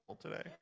today